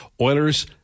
Oilers